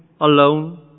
alone